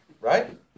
right